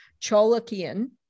Cholakian